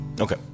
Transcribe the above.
Okay